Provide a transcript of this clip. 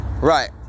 Right